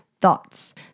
Thoughts